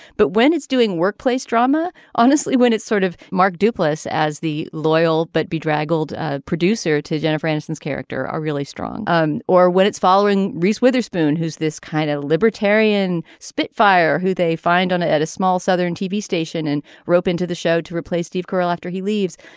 but when it's doing workplace drama honestly when it's sort of mark duplass as the loyal but bedraggled producer to jennifer aniston's character are really strong um or when it's following reese witherspoon who's this kind of libertarian spitfire who they find on it at a small southern tv station and rope into the show to replace steve carell after he leaves.